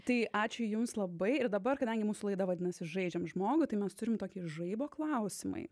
tai ačiū jums labai ir dabar kadangi mūsų laida vadinasi žaidžiam žmogų tai mes turime tokį žaibo klausimai